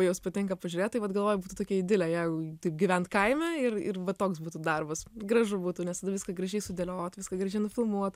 jos patinka pažiūrėt tai vat galvoju būtų tokia idilė jeigu taip gyvent kaime ir ir va toks būtų darbas gražu būtų nes tada viską gražiai sudėliot viską gražiai nufilmuot